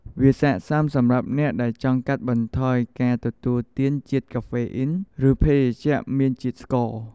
វាស័ក្តិសមសម្រាប់អ្នកដែលចង់កាត់បន្ថយការទទួលទានជាតិកាហ្វេអ៊ីន ឬភេសជ្ជៈមានជាតិស្ករ។